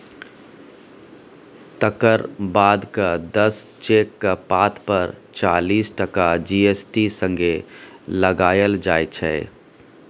तकर बादक दस चेकक पात पर चालीस टका जी.एस.टी संगे लगाएल जाइ छै